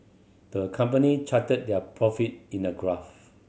the company charted their profit in a graph